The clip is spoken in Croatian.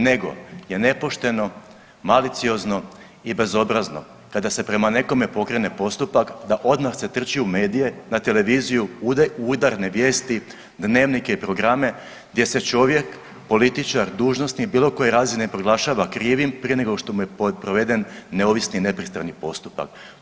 Nego je nepošteno, maliciozno i bezobrazno kada se prema nekome pokrene postupak da odmah se trči u medije, na tv, udarne vijesti, dnevnike i programe, gdje se čovjek, političar, dužnosnik bilo koje razine proglašava krivim prije nego što mu je proveden neovisni i nepristrani postupak.